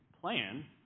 plan